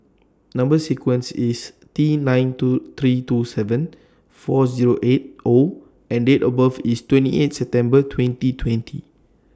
Number sequence IS T nine two three two seven four Zero eight O and Date of birth IS twenty eight September twenty twenty